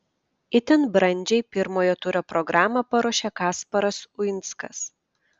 itin brandžiai pirmojo turo programą paruošė kasparas uinskas